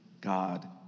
God